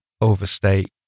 overstate